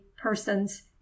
persons